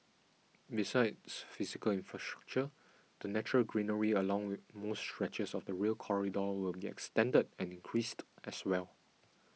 besides physical infrastructure the natural greenery along most stretches of the Rail Corridor will extended and increased as well